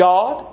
God